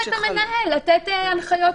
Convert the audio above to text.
והסמיכה את המנהל לתת הנחיות.